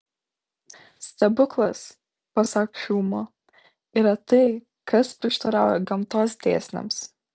stebuklas pasak hjumo yra tai kas prieštarauja gamtos dėsniams